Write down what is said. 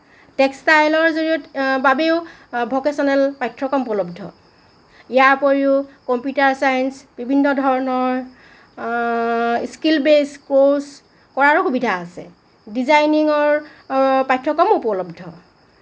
টেক্সটাইলৰ বাবেও ভকেচনেল পাঠ্যক্ৰম উপলব্ধ ইয়াৰ উপৰিও কম্পিউটাৰ চায়েন্স বিভিন্ন ধৰণৰ স্কিল বেছড কৰ্ছ কৰাৰো সুবিধা আছে ডিজাইনিঙৰ পাঠ্যক্ৰমো উপলব্ধ